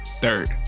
Third